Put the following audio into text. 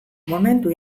momentu